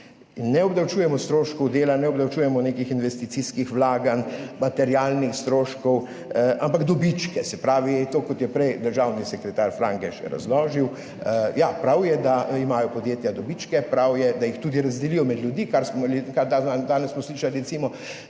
ne obdavčujemo stroškov dela, ne obdavčujemo nekih investicijskih vlaganj, materialnih stroškov, ampak dobičke. Se pravi, kot je prej državni sekretar Frangež razložil, ja, prav je, da imajo podjetja dobičke, prav je, da jih tudi razdelijo med ljudi, danes smo slišali recimo,